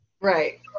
Right